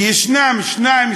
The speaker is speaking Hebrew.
שיש שניים,